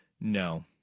No